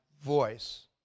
voice